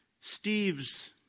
Steve's